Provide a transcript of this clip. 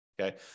okay